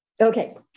Okay